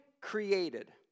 created